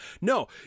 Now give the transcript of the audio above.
no